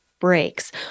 breaks